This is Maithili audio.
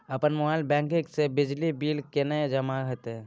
अपन मोबाइल बैंकिंग से बिजली बिल केने जमा हेते?